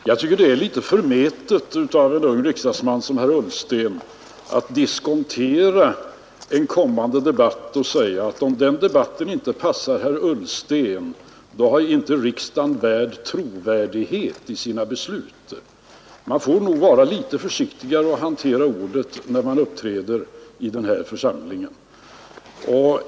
Herr talman! Jag tycker det är litet förmätet av en riksdagsman som herr Ullsten att diskontera en kommande debatt och säga, att om den debatten inte passar herr Ullsten förlorar riksdagen trovärdigheten i sina beslut. Man får nog vara litet försiktigare med att hantera orden när man uppträder i denna församling.